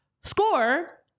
Score